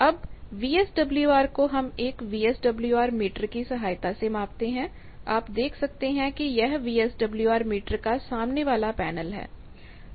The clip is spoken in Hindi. अब वीएसडब्ल्यूआर को हम एक वीएसडब्ल्यूआर मीटरकी सहायता से मापते हैं आप देख सकते हैं कि यह वीएसडब्ल्यूआर मीटरका सामने वाला पैनल है